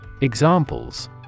Examples